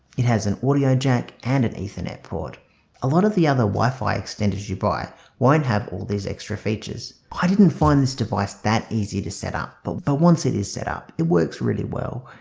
it has an audio jack and an ethernet port a lot of the other wi-fi extenders you buy won't have all these extra features. i didn't find this device that easy to set up but but once it is set up it works really well.